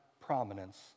prominence